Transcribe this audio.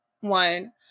One